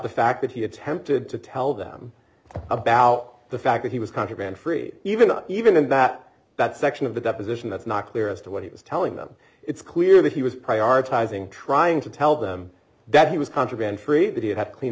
the fact that he attempted to tell them about the fact that he was contraband free even though even in that that section of the deposition that's not clear as to what he was telling them it's clear that he was prioritizing trying to tell them that he was contraband free that he had clean